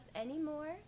anymore